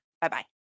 Bye-bye